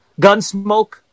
Gunsmoke